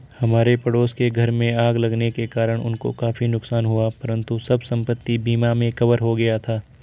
हमारे पड़ोस के घर में आग लगने के कारण उनको काफी नुकसान हुआ परंतु सब संपत्ति बीमा में कवर हो गया था